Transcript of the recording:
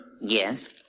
Yes